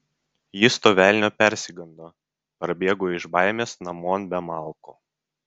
jis to velnio persigando parbėgo iš baimės namon be malkų